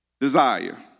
desire